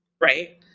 Right